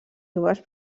joves